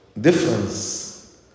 difference